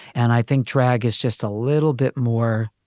and i think trag is just a little bit more.